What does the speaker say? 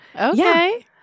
Okay